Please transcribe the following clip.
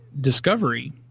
Discovery